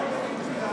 אדוני,